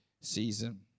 season